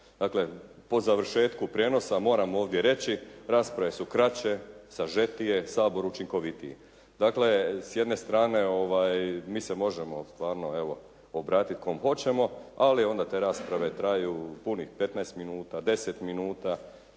Dakle po završetku prijenosa moram ovdje reći rasprave su kraće, sažetije, Sabor učinkovitiji. Dakle s jedne strane mi se možemo stvarno evo obratiti kom hoćemo ali onda te rasprave traju punih 15 minuta, 10 minuta